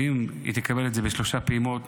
ואם היא תקבל את זה בשלוש פעימות,